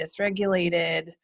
dysregulated